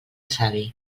savi